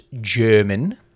German